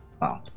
Wow